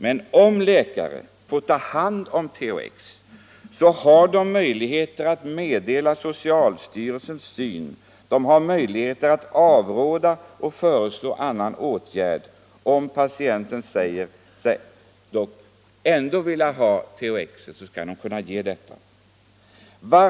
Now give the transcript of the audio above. Men om läkarna får ta hand om behandlingen med THX, har de möjligheter att meddela patienterna socialstyrelsens synsätt, att avråda dem från sådan behandling och att föreslå annan åtgärd. Om patienterna ändå säger sig vilja ha THX skall läkarna kunna ge dem detta preparat.